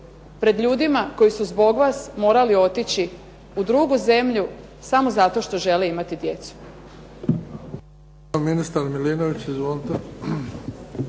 pred ljudima koji su zbog vas morali otići u drugu zemlju samo zato što žele imati djecu?